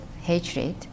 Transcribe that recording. hatred